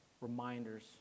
reminders